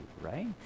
right